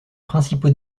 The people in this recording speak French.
principaux